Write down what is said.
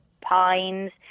pines